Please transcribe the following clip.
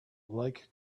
like